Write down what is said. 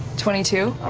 twenty two.